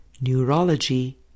neurology